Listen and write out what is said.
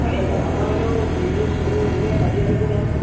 আহিব আমাৰ এনেও বিহু চিহু এইবিলাক পাতিয়ে থাকোঁ নহয়